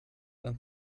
and